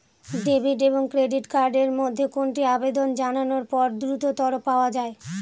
Debit এবং credit card এর মধ্যে কোনটি আবেদন জানানোর পর দ্রুততর পাওয়া য়ায়?